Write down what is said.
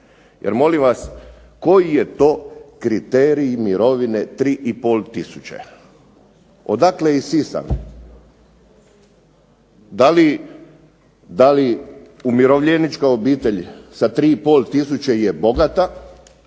Jer molim vas koji je to kriterij mirovine 3 i po tisuće. Odakle je isisan? Da li umirovljeničke obitelji sa 3 i pol tisuće je bogata.